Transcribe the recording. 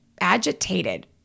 agitated